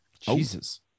Jesus